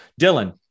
Dylan